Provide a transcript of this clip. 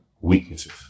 weaknesses